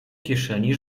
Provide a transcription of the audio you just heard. kieszeni